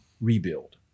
rebuild